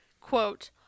Quote